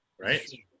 right